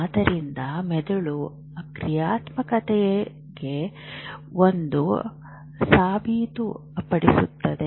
ಆದ್ದರಿಂದ ಮೆದುಳು ಕ್ರಿಯಾತ್ಮಕವಾಗಿದೆ ಎಂದು ಸಾಬೀತುಪಡಿಸುತ್ತದೆ